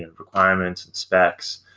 and requirements and specs,